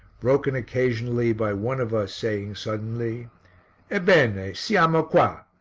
broken occasionally by one of us saying suddenly ebbene, siamo qua!